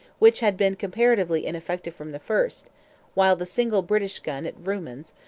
which had been comparatively ineffective from the first while the single british gun at vrooman's,